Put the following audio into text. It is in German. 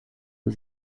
für